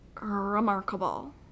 remarkable